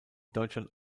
deutschland